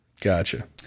Gotcha